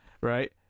right